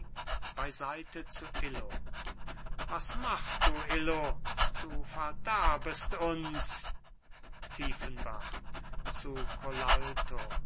beiseite zu illo was machst du illo du verderbest uns tiefenbach zu colalto